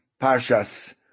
Parshas